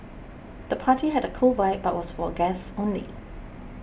the party had a cool vibe but was for guests only